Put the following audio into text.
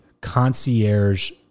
concierge